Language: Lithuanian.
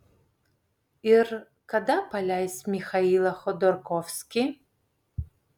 ir kada paleis michailą chodorkovskį